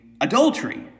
adultery